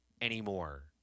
anymore